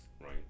Right